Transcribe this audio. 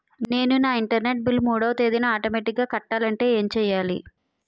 నేను నా internet bill మూడవ తేదీన ఆటోమేటిగ్గా కట్టాలంటే ఏం చేయాలి?